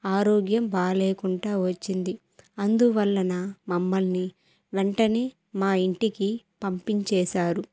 ఆరోగ్యం బాగాలేకుండా వచ్చింది అందువల్లన మమ్మల్ని వెంటనే మా ఇంటికి పంపించేేశారు